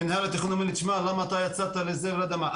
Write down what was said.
מינהל התכנון אומר לי תשמע למה אתה יצאת לזה או לא יודע מה,